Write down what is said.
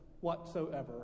whatsoever